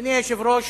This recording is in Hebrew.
אדוני היושב-ראש,